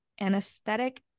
anesthetic